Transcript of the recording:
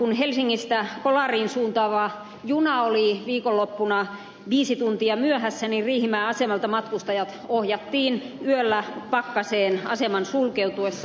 kun helsingistä kolariin suuntaava juna oli viikonloppuna viisi tuntia myöhässä riihimäen asemalta matkustajat ohjattiin yöllä pakkaseen aseman sulkeutuessa